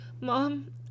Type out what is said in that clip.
Mom